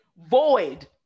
void